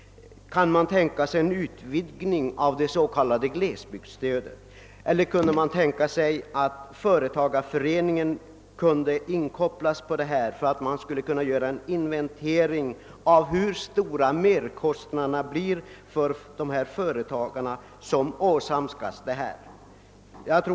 Kan man tänka sig en utvidgning av det s.k. glesbygdsstödet eller att företagareföreningen inkopplas för att göra en undersökning av hur stora merkostnaderna blir för de företagare som åsamkas dessa transportsvårigheter?